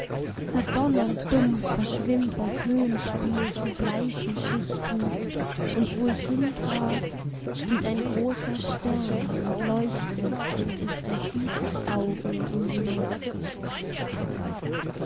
zerdonnernd dumpf verschwimmt das höhenspiel zu bleichen schichten und wo ich hintraf steht ein großer stern und leuchtet und ist ein tiefes auge in die nacht